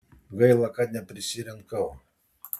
gaila kad neprisirinkau